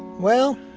well,